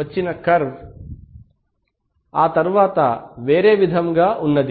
వచ్చిన కర్వ్ తరువాత వేరే విధముగా ఉన్నది